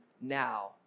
now